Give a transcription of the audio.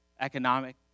economic